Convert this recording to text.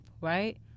right